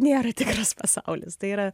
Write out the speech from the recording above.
nėra tikras pasaulis tai yra